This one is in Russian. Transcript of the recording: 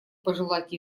пожелать